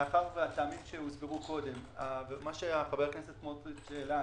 מאחר שהטעמים שהוסברו קודם ומה שחבר הכנסת סמוטריץ העלה,